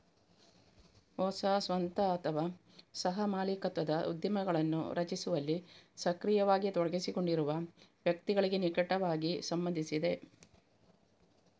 ಹೊಸ ಸ್ವಂತ ಅಥವಾ ಸಹ ಮಾಲೀಕತ್ವದ ಉದ್ಯಮಗಳನ್ನು ರಚಿಸುವಲ್ಲಿ ಸಕ್ರಿಯವಾಗಿ ತೊಡಗಿಸಿಕೊಂಡಿರುವ ವ್ಯಕ್ತಿಗಳಿಗೆ ನಿಕಟವಾಗಿ ಸಂಬಂಧಿಸಿದೆ